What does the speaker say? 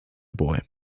boy